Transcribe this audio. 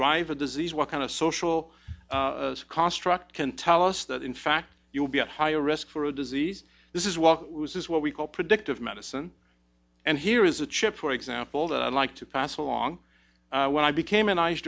drive a disease what kind of social construct can tell us that in fact you'll be at higher risk for a disease this is what was what we call predictive medicine and here is a chip for example that i'd like to pass along when i became an ice